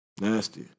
Nasty